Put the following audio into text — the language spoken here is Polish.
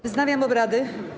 Wznawiam obrady.